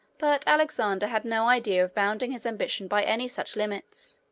but alexander had no idea of bounding his ambition by any such limits.